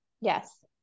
Yes